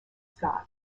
scott